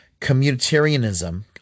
communitarianism